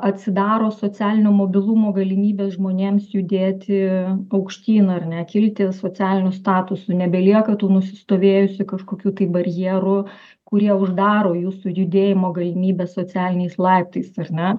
atsidaro socialinio mobilumo galimybės žmonėms judėti aukštyn ar ne kilti socialiniu statusu nebelieka tų nusistovėjusių kažkokių tai barjerų kurie uždaro jūsų judėjimo galimybes socialiniais laiptais ar ne